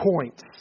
points